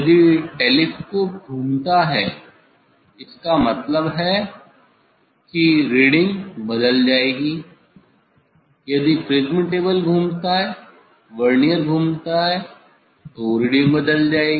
यदि टेलीस्कोप घूमता है इसका मतलब है कि रीडिंग बदल जायेगी यदि प्रिज्म टेबल घूमता है वर्नियर घूमता है तो रीडिंग बदल जाएगी